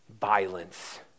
violence